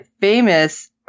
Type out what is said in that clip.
famous